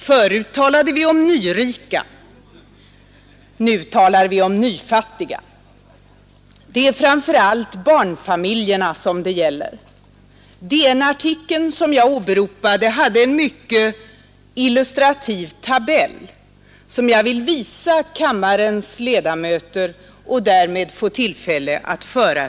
Förut talade vi om nyrika, nu talar vi om nyfattiga. Det är framför allt barnfamiljerna som det gäller. DN-artikeln som jag åberopade hade en mycket illustrativ tabell, som nu återges på kammarens TV-skärm.